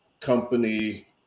company